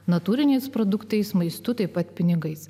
natūriniais produktais maistu taip pat pinigais